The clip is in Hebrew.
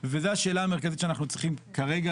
וזו השאלה המרכזית שאנחנו צריכים כרגע